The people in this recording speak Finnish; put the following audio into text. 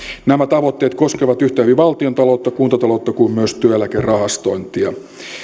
nämä tavoitteet koskevat yhtä hyvin valtiontaloutta kuntataloutta kuin myös työeläkerahastointia